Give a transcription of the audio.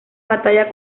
batalla